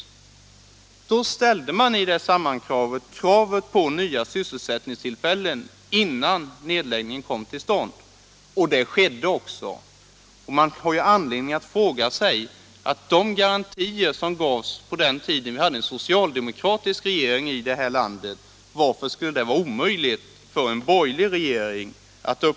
I det sam 16 maj 1977 manhanget ställde man krav på nya sysselsättningstillfällen innan ned= I läggning kom till stånd. Kravet tillmötesgicks också. Man har anledning Om sysselsättningsatt fråga sig varför det skulle vara omöjligt för en borgerlig regering främjande åtgärder att uppfylla sådana krav som tillmötesgicks på den tiden då vi hade inom Nässjö en socialdemokratisk regering i landet.